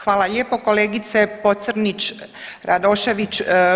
Hvala lijepo kolegice Pocrnić Radošević.